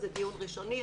זה דיון ראשוני,